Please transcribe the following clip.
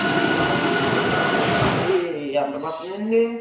అవునండి అది ఎంత పడుతుంది అండి